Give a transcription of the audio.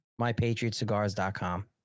Mypatriotcigars.com